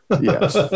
Yes